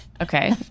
okay